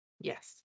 Yes